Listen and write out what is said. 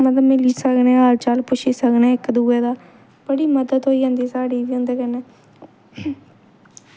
मतलब मिली सकने हालचाल पुच्छी सकने इक दुए दा बड़ी मदद होई जंदी साढ़ी बी इं'दे कन्नै